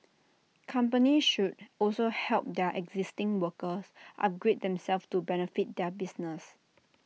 companies should also help their existing workers upgrade themselves to benefit their business